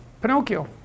Pinocchio